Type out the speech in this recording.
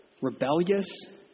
rebellious